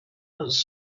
does